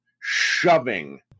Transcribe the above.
shoving